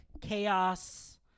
Chaos